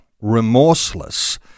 remorseless